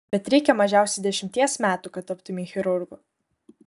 bet reikia mažiausiai dešimties metų kad taptumei chirurgu